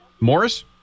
Morris